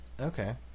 Okay